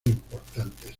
importantes